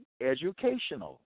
educational